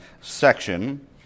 section